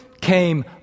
came